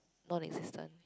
none existent